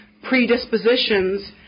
predispositions